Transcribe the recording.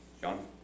John